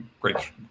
great